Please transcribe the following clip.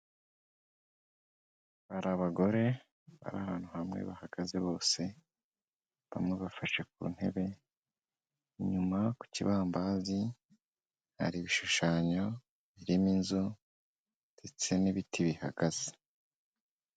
Hari abagore bari ahantu hamwe bahagaze bose, bamwe bafashe ku ntebe, inyuma ku kibambazi hari ibishushanyo birimo inzu ndetse n'ibiti bihagaze.